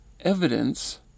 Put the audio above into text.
evidence